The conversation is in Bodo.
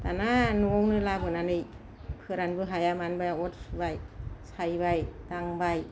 दाना न'आवनो लाबोनानै फोरानबो हाया मानोबो हाया अर सुबाय सायबाय दांबाय